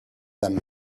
them